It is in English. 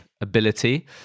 ability